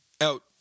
out